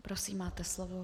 Prosím, máte slovo.